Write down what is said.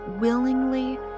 willingly